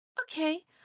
Okay